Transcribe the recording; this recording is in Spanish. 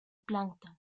plancton